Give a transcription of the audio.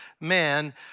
man